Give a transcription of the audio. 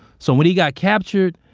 so when he got captured,